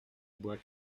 bois